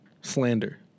Slander